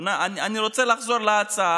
אני רוצה לחזור להצעה.